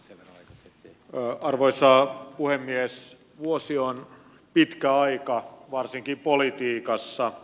tele ja arvoissaan kuin mies vuosi on pitkä aika varsinkin politiikassa